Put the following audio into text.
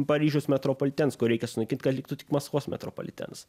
paryžiaus metropolitenas kur reikia sunaikint kad liktų tik maskvos metropolitenas